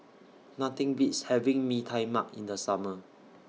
Nothing Beats having Mee Tai Mak in The Summer